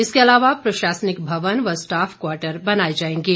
इसके अलावा प्रशासनिक भवन व स्टाफ क्वाटर बनाए जाएंगे